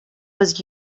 was